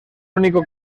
único